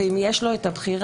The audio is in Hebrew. ואם יש לו את הבחירה,